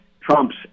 Trump's